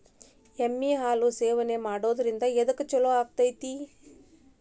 ಎಮ್ಮಿ ಹಾಲು ಸೇವನೆ ಮಾಡೋದ್ರಿಂದ ಎದ್ಕ ಛಲೋ ಆಕ್ಕೆತಿ?